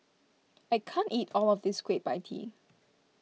I can't eat all of this Kueh Pie Tee